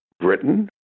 Britain